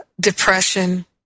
depression